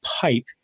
pipe